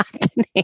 happening